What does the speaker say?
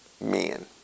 Men